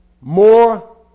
more